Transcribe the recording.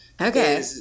okay